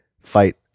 fight